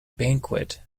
banquet